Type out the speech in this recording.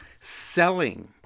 selling